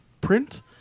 print